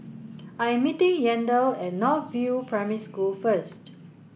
I am meeting Yandel at North View Primary School first